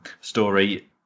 story